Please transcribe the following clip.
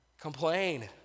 Complain